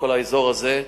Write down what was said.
כל האזור הזה,